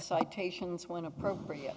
citations when appropriate